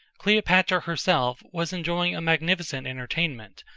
cleopatra herself was enjoying a magnificent entertainment,